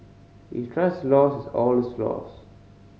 if trust is lost all is lost